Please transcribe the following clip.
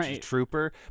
trooper